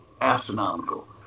astronomical